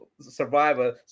Survivor